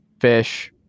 fish